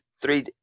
three